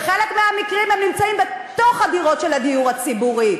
בחלק מהמקרים הם נמצאים בתוך הדירות של הדיור הציבורי.